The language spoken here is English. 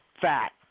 fat